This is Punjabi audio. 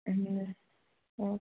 ਹਾਂਜੀ ਸਰ ਹੋਰ